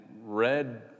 read